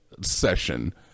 session